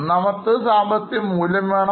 ഒന്നാമത്തേത് അതിനൊരു സാമ്പത്തിക മൂല്യം വേണം